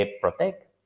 protect